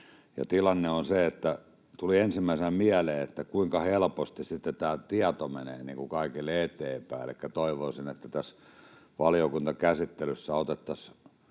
Tilanne on se, että tuli ensimmäisenä mieleen, kuinka helposti tämä tieto menee kaikille eteenpäin. Elikkä toivoisin, että tässä valiokuntakäsittelyssä otettaisiin